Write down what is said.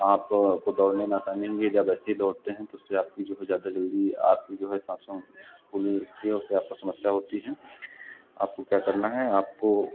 आप को दौड़ने में आसानी होगी जब ऐसे ही दौड़ते हैं जैसे आपको जो है जादा जल्दी आपकी जो है साँसों फूली होती है उससे आपको समस्या होती है आपको क्या करना है आपको